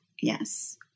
Yes